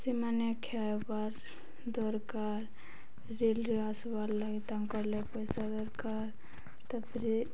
ସେମାନେ ଖାଇବାର୍ ଦରକାର ଡେଲି ଆସବାର ଲାଗି ତାଙ୍କର ପଇସା ଦରକାର ତାପରେ